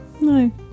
no